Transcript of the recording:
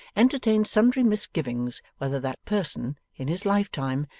entertained sundry misgivings whether that person, in his lifetime,